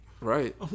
Right